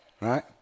Right